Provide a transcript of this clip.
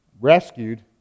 rescued